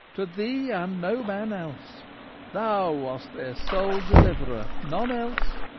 to thee and no man else thou wast their sole deliverer, none else.